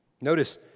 Notice